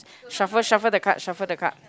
shuffle shuffle the card shuffle the card